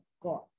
God